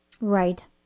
Right